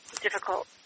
difficult